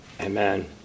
Amen